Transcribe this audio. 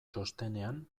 txostenean